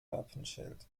wappenschild